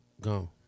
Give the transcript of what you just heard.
Go